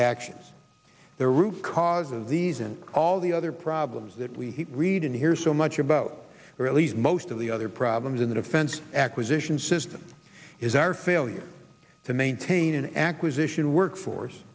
actions the root cause of these and all the other problems that we read and hear so much about or at least most of the other problems in the defense acquisition system is our failure to maintain an acquisition workforce